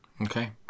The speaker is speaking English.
Okay